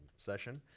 session.